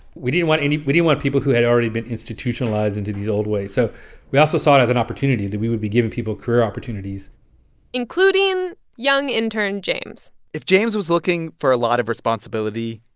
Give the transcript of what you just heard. we didn't want any. we didn't want people who had already been institutionalized into these old ways. so we also saw it as an opportunity that we would be giving people career opportunities including young intern james if james was looking for a lot of responsibility,